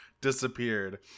disappeared